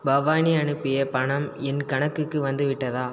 பவானி அனுப்பிய பணம் என் கணக்குக்கு வந்துவிட்டதா